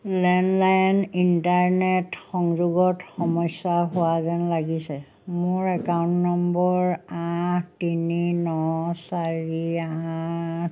landline internet সংযোগত সমস্যা হোৱা যেন লাগিছে মোৰ একাউণ্ট নম্বৰ আঠ তিনি ন চাৰি আঠ